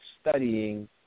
studying